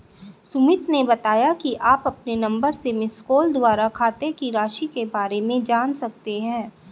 सुमित ने बताया कि आप अपने नंबर से मिसकॉल द्वारा खाते की राशि के बारे में जान सकते हैं